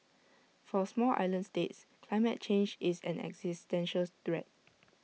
for small island states climate change is an existential threat